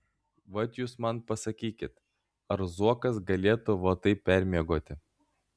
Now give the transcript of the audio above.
vat jūs man pasakykit ar zuokas galėtų va taip permiegoti